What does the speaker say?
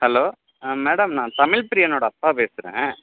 hello ah madam நான் தமிழ்பிரியனோட அப்பா பேசுகிறன்